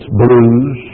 blues